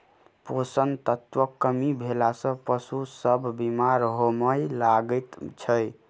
पोषण तत्वक कमी भेला सॅ पशु सभ बीमार होमय लागैत छै